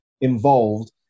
involved